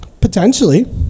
Potentially